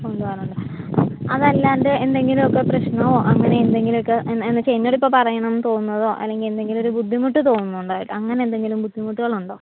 കൊണ്ടുപോവാറുണ്ട് അതല്ലാണ്ട് എന്തെങ്കിലുമൊക്കെ പ്രശ്നമോ അങ്ങനെ എന്തെങ്കിലും ഒക്കെ എന്നു വെച്ചാൽ എന്നോട് ഇപ്പോൾ പറയണമെന്ന് തോന്നുന്നതോ അല്ലെങ്കിൽ എന്തെങ്കിലും ഒരു ബുദ്ധിമുട്ട് തോന്നുന്നുണ്ടോ അങ്ങനെ എന്തെങ്കിലും ബുദ്ധിമുട്ടുകൾ ഉണ്ടോ